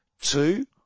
two